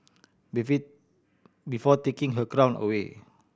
before taking her crown away